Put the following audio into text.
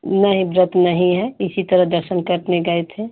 नहीं जत नहीं है इसी तरह दर्शन करने गए थे